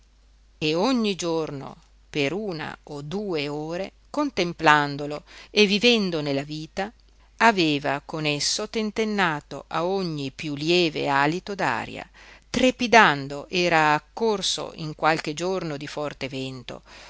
e ogni giorno per una o due ore contemplandolo e vivendone la vita aveva con esso tentennato a ogni piú lieve alito d'aria trepidando era accorso in qualche giorno di forte vento